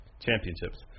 Championships